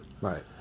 Right